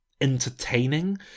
entertaining